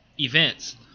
events